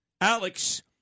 Alex